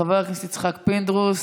חבר הכנסת יצחק פינדרוס,